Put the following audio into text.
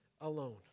alone